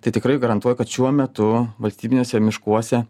tai tikrai garantuoju kad šiuo metu valstybiniuose miškuose